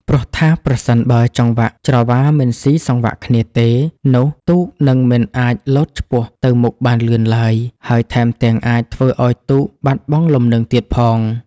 ព្រោះថាប្រសិនបើចង្វាក់ច្រវាមិនស៊ីសង្វាក់គ្នាទេ នោះទូកនឹងមិនអាចលោតឆ្ពោះទៅមុខបានលឿនឡើយ ហើយថែមទាំងអាចធ្វើឱ្យទូកបាត់បង់លំនឹងទៀតផង។